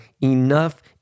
Enough